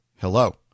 Hello